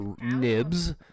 nibs